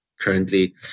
currently